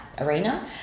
arena